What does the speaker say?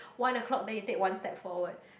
one o-clock then you take one step forward